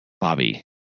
Bobby